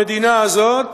המדינה הזאת